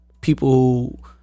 People